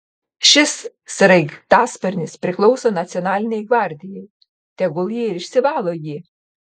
šis sraigtasparnis priklauso nacionalinei gvardijai tegul ji ir išsivalo jį